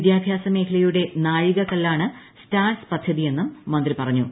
വിദ്യാഭ്യാസ മേഖലയുടെ നാഴികക്കല്ലാണ് സ്റ്റാർസ് പദ്ധതിയെന്നും മന്ത്രി പറഞ്ഞു